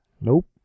Nope